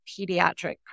pediatric